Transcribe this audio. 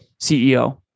CEO